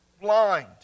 blind